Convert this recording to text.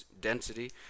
density